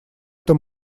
это